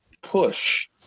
push